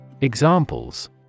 Examples